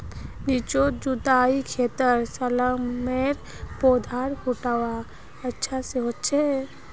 निचोत जुताईर खेतत शलगमेर पौधार फुटाव अच्छा स हछेक